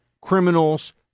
criminal's